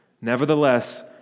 Nevertheless